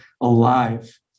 alive